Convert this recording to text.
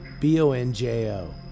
B-O-N-J-O